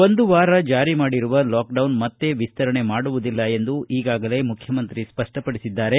ಒಂದು ವಾರ ಜಾರಿ ಮಾಡಿರುವ ಲಾಕ್ಡೌನ್ ಮತ್ತೆ ವಿಸ್ತರಣೆ ಮಾಡುವುದಿಲ್ಲ ಎಂದು ಈಗಾಗಲೇ ಮುಖ್ಯಮಂತ್ರಿ ಸ್ಪಷ್ಟಪಡಿಸಿದ್ದಾರೆ